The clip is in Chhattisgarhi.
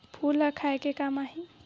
फूल ह खाये के काम आही?